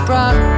Rock